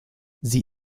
sie